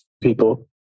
people